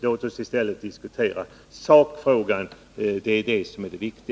Låt oss diskutera sakfrågan. Det är den som är viktig.